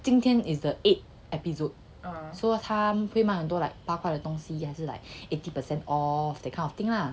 今天 is the eighth episode so 他会卖很多 like 八卦的东西还是 like eighty per cent off that kind of thing lah